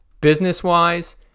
business-wise